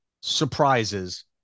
surprises